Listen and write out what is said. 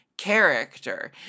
Character